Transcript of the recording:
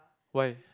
why